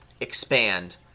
Expand